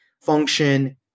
Function